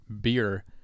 beer